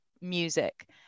music